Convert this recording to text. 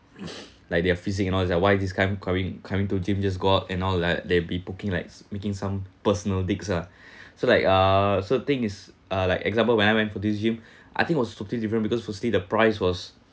like their physique and all is like why this guy coming coming to gym just go out and all like they'd be booking likes making some personal digs so like uh so the thing is uh like example when I went for this gym I think was totally different because firstly the price was